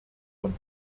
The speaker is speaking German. von